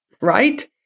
right